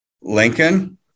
Lincoln